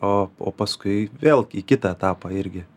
o o paskui vėl į kitą etapą irgi